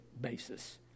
basis